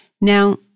Now